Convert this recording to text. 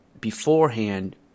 beforehand